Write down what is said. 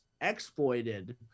exploited